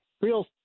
real